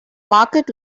market